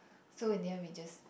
so in the end we just